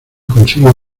consigue